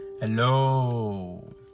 Hello